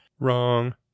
Wrong